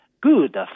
good